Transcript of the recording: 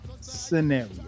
Scenario